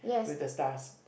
with the stars